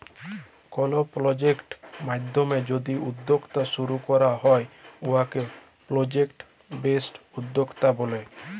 call project মাইধ্যমে যদি উদ্যক্তা শুরু ক্যরা হ্যয় উয়াকে পরজেক্ট বেসড উদ্যক্তা ব্যলে